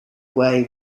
way